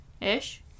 ish